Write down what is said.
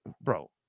Bro